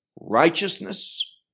righteousness